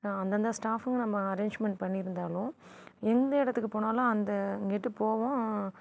அந்தந்த ஸ்டாஃப்ங்க நம்ம அரேஞ்மென்ட் பண்ணிருந்தாலும் எந்த இடத்துக்கு போனாலும் அந்த போவோம்